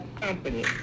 Company